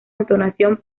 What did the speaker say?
entonación